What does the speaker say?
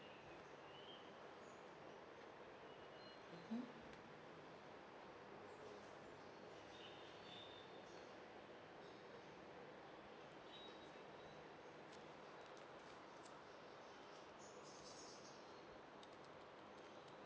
mm